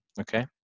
Okay